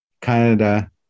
Canada